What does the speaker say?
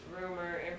rumor